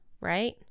right